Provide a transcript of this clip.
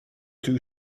two